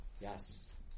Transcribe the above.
Yes